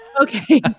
Okay